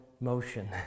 motion